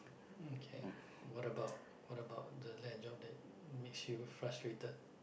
okay what about the what about the land job that makes you frustrated